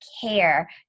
care